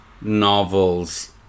novels